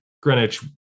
Greenwich